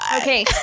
Okay